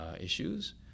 issues